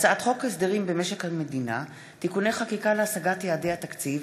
הצעת חוק הסדרים במשק המדינה (תיקוני חקיקה להשגת יעדי התקציב)